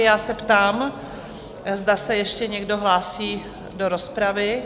Já se ptám, zda se ještě někdo hlásí do rozpravy?